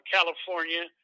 California